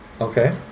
Okay